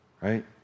Right